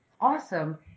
Awesome